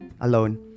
alone